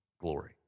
glory